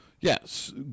yes